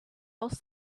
else